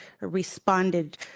responded